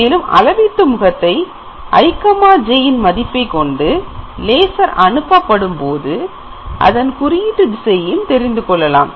மேலும் அளவீட்டு முகத்தை ij ன் மதிப்பை கொண்டு லேசர் அனுப்பப்படும் போது அதன் குறியீட்டுத் திசையையும் தெரிந்து கொள்ளலாம்